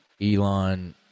Elon